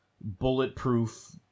bulletproof